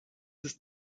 ist